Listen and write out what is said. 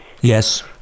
Yes